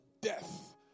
death